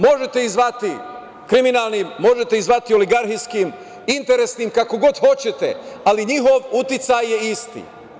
Možete ih zvati kriminalnim, možete ih zvati oligarhijskim, interesnim, kako god hoćete, ali njihov uticaj je isti.